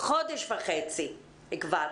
חודש וחצי כבר.